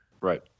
right